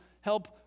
help